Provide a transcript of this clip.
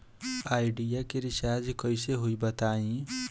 Idea के recharge कइसे होई बताईं?